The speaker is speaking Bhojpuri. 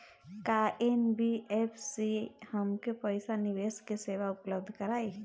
का एन.बी.एफ.सी हमके पईसा निवेश के सेवा उपलब्ध कराई?